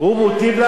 זו לא הנמקה מהמקום.